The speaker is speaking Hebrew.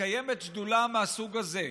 מתקיימת שדולה מהסוג הזה,